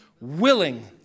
willing